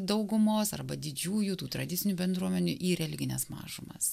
daugumos arba didžiųjų tų tradicinių bendruomenių į religines mažumas